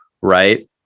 right